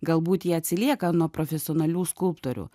galbūt jie atsilieka nuo profesionalių skulptorių